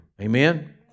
Amen